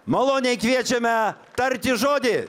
maloniai kviečiame tarti žodį